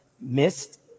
missed